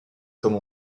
comme